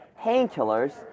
painkillers